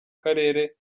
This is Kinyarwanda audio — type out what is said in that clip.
karere